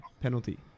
penalty